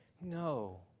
no